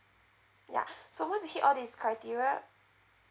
ya so once you hit all this criteria